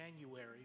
January